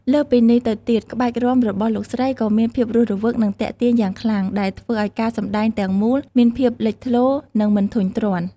លើសពីនេះទៅទៀត ក្បាច់រាំ របស់លោកស្រីក៏មាន ភាពរស់រវើក និង ទាក់ទាញ យ៉ាងខ្លាំង ដែលធ្វើឲ្យការសម្ដែងទាំងមូលមានភាពលេចធ្លោ និងមិនធុញទ្រាន់។